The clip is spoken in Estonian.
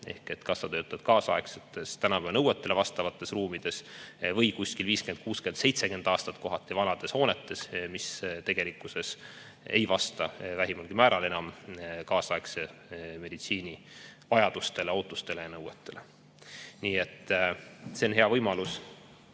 – kas sa töötad kaasaegsetes tänapäeva nõuetele vastavates ruumides või kuskil 50, 60, kohati 70 aastat vanades hoonetes, mis tegelikkuses ei vasta enam vähimalgi määral kaasaegse meditsiini vajadustele, ootustele ja nõuetele. Nii et see on hea võimalus